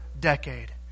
decade